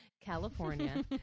California